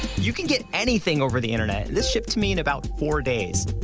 you can get anything over the internet, and this shipped to me in about four days.